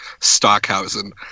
Stockhausen